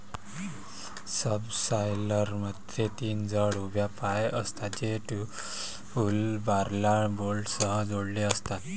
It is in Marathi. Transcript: सबसॉयलरमध्ये तीन जड उभ्या पाय असतात, जे टूलबारला बोल्टसह जोडलेले असतात